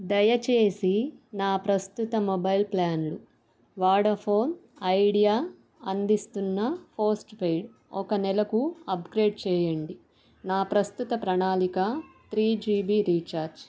దయచేసి నా ప్రస్తుత మొబైల్ ప్లాన్ వోడాఫోన్ ఐడియా అందిస్తున్న పోస్ట్పెయిడ్ ఒక నెలకు అప్గ్రేడ్ చెయ్యండి నా ప్రస్తుత ప్రణాళిక త్రీ జీబీ రీఛార్జ్